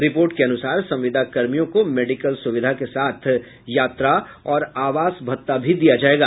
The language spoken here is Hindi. रिपोर्ट के अनुसार संविदा कर्मियों को मेडिकल सुविधा के साथ यात्रा और आवास भत्ता भी दिया जायेगा